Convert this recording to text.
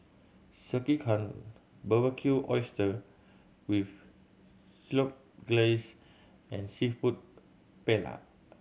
Sekihan Barbecued Oyster with Chipotle Glaze and Seafood Paella